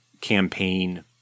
campaign